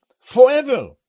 forever